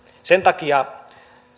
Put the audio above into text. sen takia